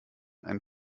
einen